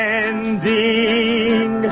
ending